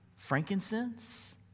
frankincense